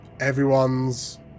everyone's